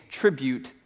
tribute